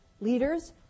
leaders